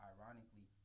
Ironically